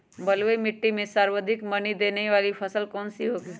बलुई मिट्टी में सर्वाधिक मनी देने वाली फसल कौन सी होंगी?